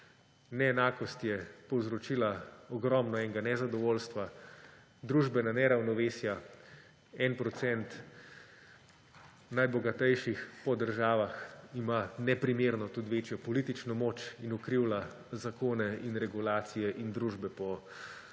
Neenakost je povzročila ogromno enega nezadovoljstva, družbena neravnovesja, 1 % najbogatejših po državah ima tudi neprimerno večjo politično moč in ukrivlja zakone in regulacije in družbe po svojih